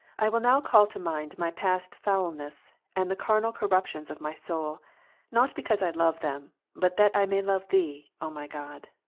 i will now call to mind my past foulness, and the carnal corruptions of my soul not because i love them, but that i may love thee, o my god.